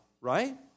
right